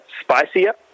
spicier